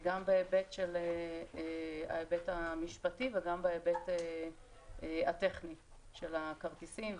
גם בהיבט המשפטי וגם בהיבט הטכני של הכרטיסים,